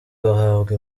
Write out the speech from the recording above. bahabwa